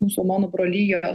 musulmonų brolijos